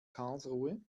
karlsruhe